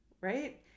right